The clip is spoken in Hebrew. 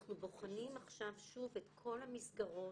אנחנו בוחנים עכשיו שוב את כל המסגרות.